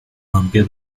ampia